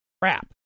crap